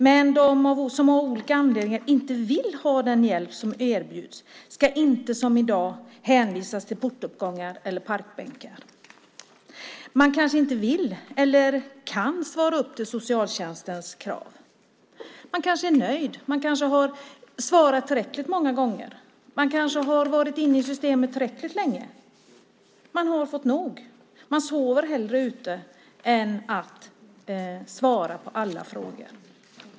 Men de som av olika anledningar inte vill ha den hjälp som erbjuds ska inte som i dag hänvisas till portuppgångar eller parkbänkar. Människor kanske inte vill eller kan svara upp till socialtjänstens krav. De kanske är nöjda. De kanske har svarat tillräckligt många gånger. De kanske har varit inne i systemet tillräckligt länge. Man har fått nog. Man sover hellre ute än svarar på alla frågor.